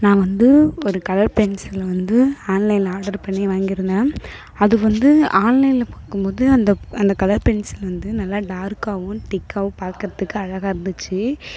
நான் வந்து ஒரு கலர் பென்சிலை வந்து ஆன்லைனில் ஆடர் பண்ணி வாங்கியிருந்தேன் அது வந்து ஆன்லைனில் பார்க்கும்போது அந்த அந்த கலர் பென்சில் வந்து நல்லா டார்க்காகவும் திக்காகவும் பார்க்கறதுக்கு அழகாருந்துச்சு